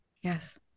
Yes